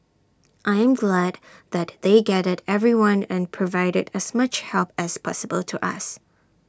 I am glad that they gathered everyone and provided as much help as possible to us